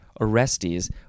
Orestes